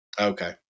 Okay